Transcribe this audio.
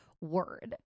word